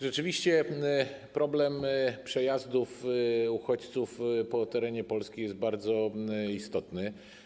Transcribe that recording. Rzeczywiście problem przejazdów uchodźców na terenie Polski jest bardzo istotny.